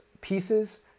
pieces